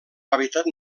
hàbitat